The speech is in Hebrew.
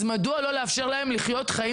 אז מדוע לא לאפשר להם לחיות חיים